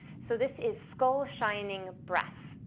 so this is skull shining breath.